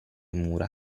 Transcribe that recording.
mura